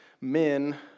men